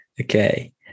Okay